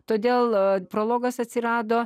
todėl prologas atsirado